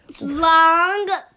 long